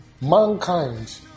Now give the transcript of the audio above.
mankind